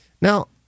now